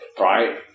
Right